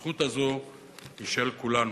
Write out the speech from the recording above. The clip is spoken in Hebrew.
הזכות הזו היא של כולנו.